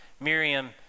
Miriam